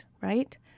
right